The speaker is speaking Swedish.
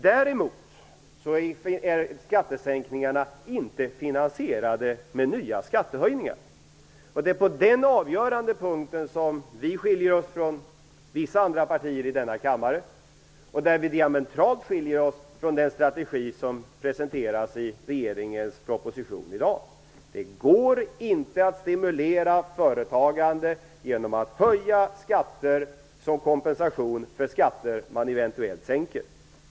Därmot är skattesänkningarna inte finansierade med nya skattehöjningar. På den avgörande punkten skiljer vi oss från vissa andra partier i denna kammare, och vi skiljer oss där diametralt från den strategi som presenteras i regeringens proposition i dag. Det går inte att stimulera företagande genom att höja skatter som kompensation för skatter man eventuellt sänker.